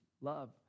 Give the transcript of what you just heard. love